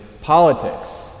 politics